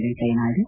ವೆಂಕಯ್ಯನಾಯ್ತು